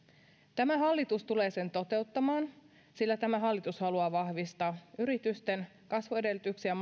tämä hallitus tulee sen toteuttamaan sillä tämä hallitus haluaa vahvistaa yritysten kasvuedellytyksiä